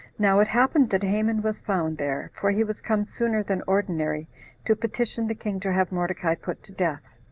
now it happened that haman was found there, for he was come sooner than ordinary to petition the king to have mordecai put to death